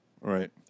Right